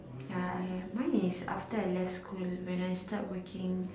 ya mine is after I left school when I start working